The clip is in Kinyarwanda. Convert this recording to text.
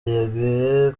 yeguye